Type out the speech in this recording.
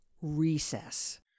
recess